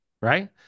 Right